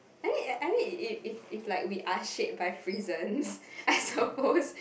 I mean I mean if if if like we are shaped by prisons I suppose